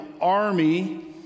army